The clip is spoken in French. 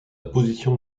position